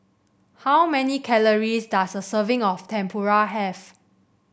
how many calories does a serving of Tempura have